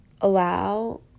allow